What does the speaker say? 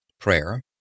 Prayer